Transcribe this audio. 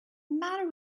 matter